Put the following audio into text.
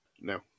No